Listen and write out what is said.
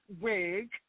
wig